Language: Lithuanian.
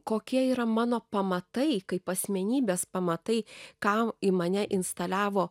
kokie yra mano pamatai kaip asmenybės pamatai ką į mane instaliavo